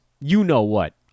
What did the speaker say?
you-know-what